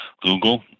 Google